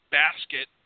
basket